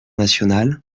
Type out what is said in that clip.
national